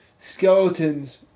skeletons